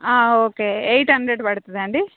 ఆ okay eight hundred పడుతుందా అండి